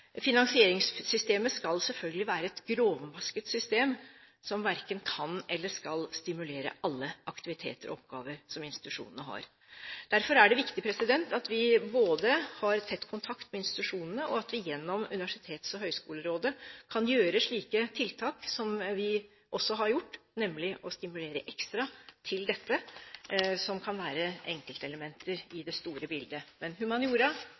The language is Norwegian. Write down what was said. Finansieringssystemet skal selvfølgelig være et grovmasket system, som verken kan eller skal stimulere alle aktiviteter og oppgaver som institusjonene har. Derfor er det viktig at vi både har tett kontakt med institusjonene og at vi, gjennom Universitets- og høyskolerådet, kan gjøre slike tiltak som vi har gjort – nemlig å stimulere ekstra til dette som kan være enkeltelementer i det store bildet. Men